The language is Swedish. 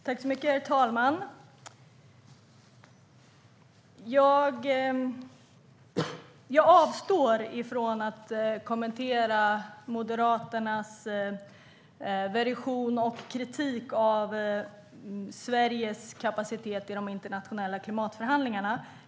Herr talman! Jag avstår från att kommentera Moderaternas version och kritik av Sveriges kapacitet i de internationella klimatförhandlingarna.